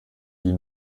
die